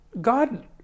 God